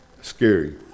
scary